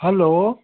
hello